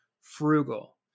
frugal